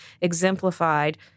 exemplified